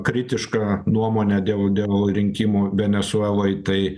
kritišką nuomonę dėl dėl rinkimų venesueloj tai